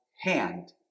hand